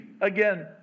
again